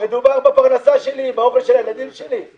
מדובר בפרנסה שלי, באוכל של הילדים שלי.